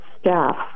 staff